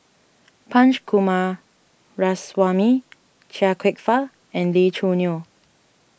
Punch Coomaraswamy Chia Kwek Fah and Lee Choo Neo